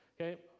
okay